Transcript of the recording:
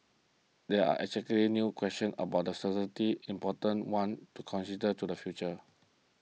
they are exactly new questions about the certainty important ones to consider to the future